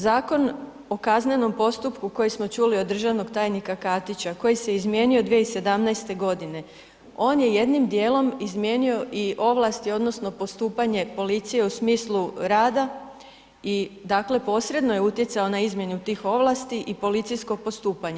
Zakon o kaznenom postupku koji smo čuli od državnog tajnika Katića koji se izmijenio 2017.g., on je jednim dijelom izmijenio i ovlasti odnosno postupanje policije u smislu rada i, dakle, posredno je utjecao na izmjenu tih ovlasti i policijsko postupanje.